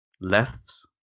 Lefts